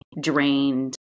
drained